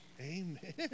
Amen